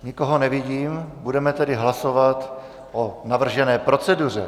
Nikoho nevidím, budeme tedy hlasovat o navržené proceduře.